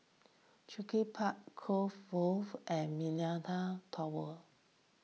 Cluny Park Cove Grove and Millenia Tower